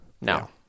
No